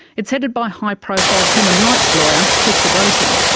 it's headed by high profile human rights lawyer, chris sidoti.